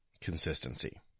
consistency